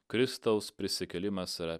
kristaus prisikėlimas yra